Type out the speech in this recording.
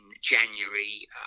January